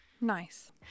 Nice